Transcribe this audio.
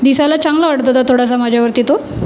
दिसायला चांगला वाटत होता थोडासा माझ्यावरती तो